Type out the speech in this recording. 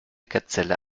gazelle